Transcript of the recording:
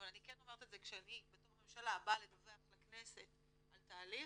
אבל אני כן אומרת את זה כשאני בתור ממשלה באה לדווח לכנסת על תהליך,